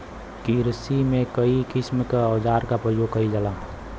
किरसी में कई किसिम क औजार क परयोग कईल जाला